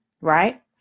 right